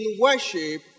worship